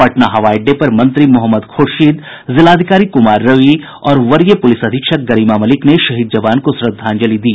पटना हवाई अड्डे पर मंत्री मोहम्मद ख़्र्शीद जिलाधिकारी कुमार रवि और वरीय पुलिस अधीक्षक गरिमा मलिक ने शहीद जवान को श्रद्धांजलि दी